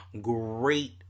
great